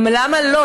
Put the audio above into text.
למה לא?